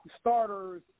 starters